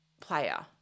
player